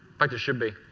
like should be.